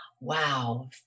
Wow